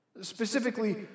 specifically